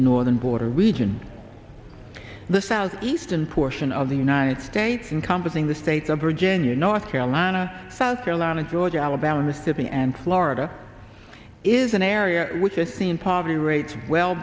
the northern border region the southeastern portion of the united states in compassing the states of virginia north carolina south carolina georgia alabama mississippi and florida is an area which has seen poverty rates well